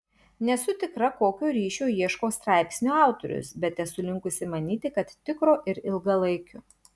nesu tikra kokio ryšio ieško straipsnio autorius bet esu linkusi manyti kad tikro ir ilgalaikio